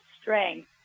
strength